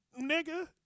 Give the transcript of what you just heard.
nigga